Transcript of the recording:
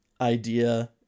idea